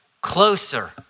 closer